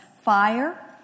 Fire